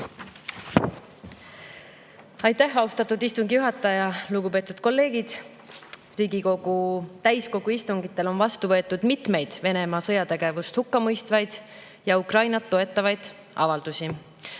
Aitäh, austatud istungi juhataja! Lugupeetud kolleegid! Riigikogu täiskogu istungitel on vastu võetud mitmeid Venemaa sõjategevust hukka mõistvaid ja Ukrainat toetavaid avaldusi.